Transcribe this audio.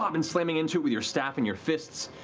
um and slamming into it with your staff and your fists,